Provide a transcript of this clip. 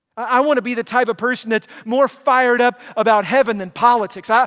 i want to be the type of person that's more fired up about heaven than politics. ah